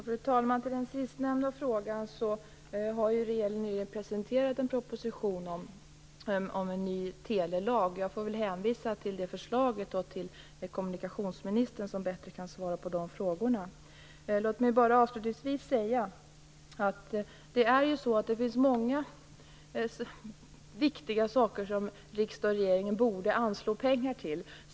Fru talman! På den sista frågan kan jag svara att regeringen nu har presenterat en proposition om en ny telelag, och jag får hänvisa till det förslaget och till kommunikationsministern som bättre kan svara på frågor om detta. Låt mig säga att det finns många viktiga saker som riksdag och regering borde anslå pengar till.